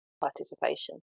participation